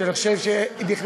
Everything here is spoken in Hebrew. אני חושב שנכנסו,